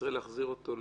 צריך להחזיר אותו?